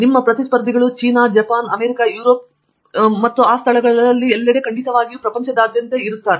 ನಿಮ್ಮ ಪ್ರತಿಸ್ಪರ್ಧಿಗಳು China Japan America Europe ಎಲ್ಲೆಡೆ ಮತ್ತು ಆ ಸ್ಥಳಗಳಲ್ಲಿ ಖಂಡಿತವಾಗಿಯೂ ಪ್ರಪಂಚದಾದ್ಯಂತ ಇವೆ